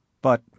But